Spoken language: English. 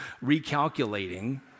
recalculating